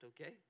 okay